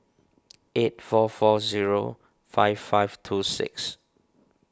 eight four four zero five five two six